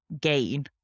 gain